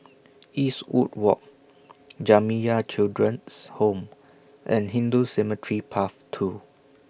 Eastwood Walk Jamiyah Children's Home and Hindu Cemetery Path two